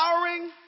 empowering